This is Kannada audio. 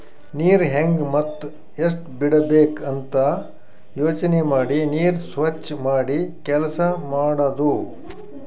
ನೀರ್ ಹೆಂಗ್ ಮತ್ತ್ ಎಷ್ಟ್ ಬಿಡಬೇಕ್ ಅಂತ ಯೋಚನೆ ಮಾಡಿ ನೀರ್ ಸ್ವಚ್ ಮಾಡಿ ಕೆಲಸ್ ಮಾಡದು